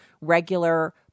regular